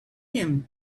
him